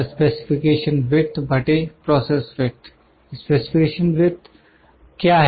specification with क्या है